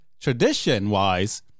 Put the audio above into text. tradition-wise